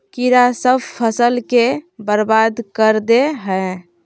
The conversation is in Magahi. कीड़ा सब फ़सल के बर्बाद कर दे है?